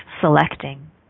selecting